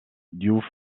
diouf